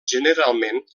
generalment